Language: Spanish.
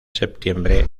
septiembre